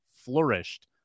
flourished